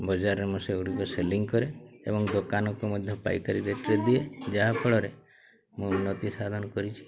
ବଜାରରେ ମୁଁ ସେଇଗୁଡ଼ିକ ସେଲିଂ କରେ ଏବଂ ଦୋକାନକୁ ମଧ୍ୟ ପାଇକାରୀ ରେଟ୍ରେ ଦିଏ ଯାହାଫଳରେ ମୁଁ ଉନ୍ନତି ସାଧନ କରିଛି